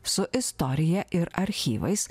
su istorija ir archyvais